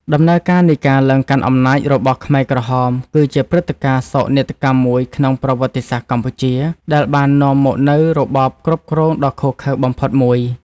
ដំណើរការនៃការឡើងកាន់អំណាចរបស់ខ្មែរក្រហមគឺជាព្រឹត្តិការណ៍សោកនាដកម្មមួយក្នុងប្រវត្តិសាស្ត្រកម្ពុជា ដែលបាននាំមកនូវរបបគ្រប់គ្រងដ៏ឃោរឃៅបំផុតមួយ។